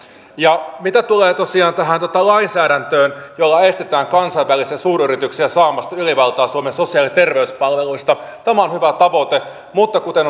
ja mitä tulee tosiaan tähän lainsäädäntöön jolla estetään kansainvälisiä suuryrityksiä saamasta ylivaltaa suomen sosiaali ja terveyspalveluista tämä on hyvä tavoite mutta kuten